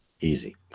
easy